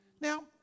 Now